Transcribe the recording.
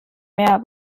mehr